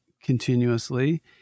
Continuously